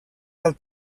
del